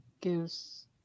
gives